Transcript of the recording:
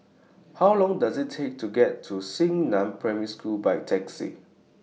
How Long Does IT Take to get to Xingnan Primary School By Taxi